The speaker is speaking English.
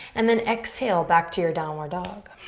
and then exhale back to your downward dog.